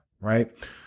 right